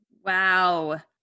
wow